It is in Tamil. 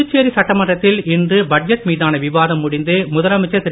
புதுச்சேரி சட்டமன்றத்தில் இன்று பட்ஜெட் மீதான விவாதம் முடிந்து முதலமைச்சர் திரு